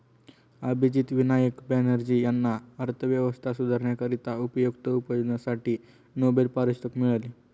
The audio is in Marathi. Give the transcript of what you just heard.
अभिजित विनायक बॅनर्जी यांना अर्थव्यवस्था सुधारण्याकरिता उपयुक्त उपाययोजनांसाठी नोबेल पारितोषिक मिळाले